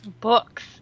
books